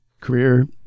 career